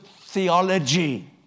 theology